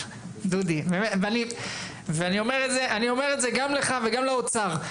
דודי, אני אומר את זה גם לך וגם לאוצר.